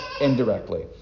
indirectly